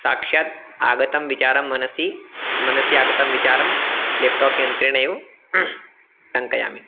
साक्षात् आगतं विचारं मनसि मनसि आगतं विचारं लेप्टाप् यन्त्रेणैव टङ्कयामि